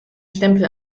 stempel